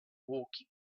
woking